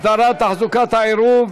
הסדרת תחזוקת העירוב),